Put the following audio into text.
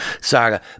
saga